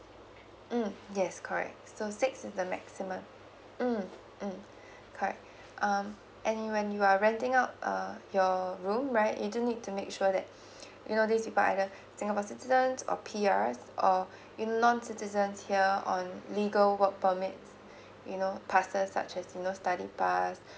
mm yes correct so six is the maximum mm mm correct um any when you are renting out uh your room right you do need to make sure that you know this occupant either singapore citizen or P Rs or non citizen here on legal work permit you know passes such as you know study pass